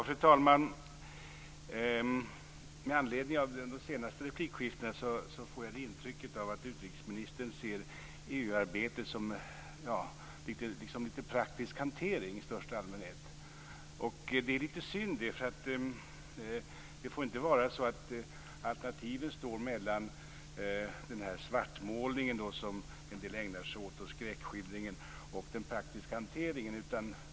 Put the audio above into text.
Fru talman! Med anledning av de senaste replikskiftena får jag intrycket att utrikesministern ser EU arbetet litet grand som en praktisk hantering i största allmänhet. Det är litet synd. Det får inte vara så att valet står mellan den svartmålning och skräckskildring som en del ägnar sig åt och den praktiska hanteringen.